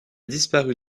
disparu